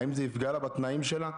האם זה יפגע לה בתנאים שלה?